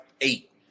eight